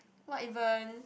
what even